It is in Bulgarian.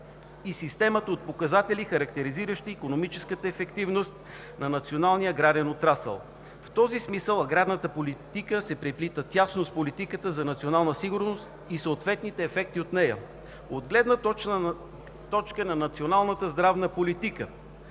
и системата от показатели, характеризиращи икономическата ефективност на националния аграрен отрасъл. В този смисъл аграрната политика се преплита тясно с политиката за национална сигурност и съответните ефекти от нея. От гледна точка на националната здравна политика